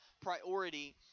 priority